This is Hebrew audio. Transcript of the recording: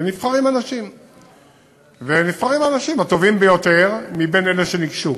נבחרים האנשים הטובים ביותר מאלה שניגשו.